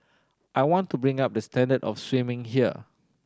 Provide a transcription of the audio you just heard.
I want to bring up the standard of swimming here